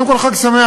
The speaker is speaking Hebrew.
קודם כול, חג שמח,